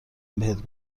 بهت